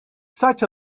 such